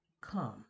come